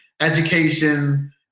Education